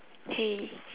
hey